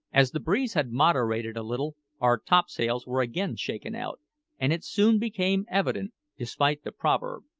as the breeze had moderated a little, our topsails were again shaken out and it soon became evident despite the proverb,